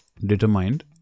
determined